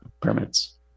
permits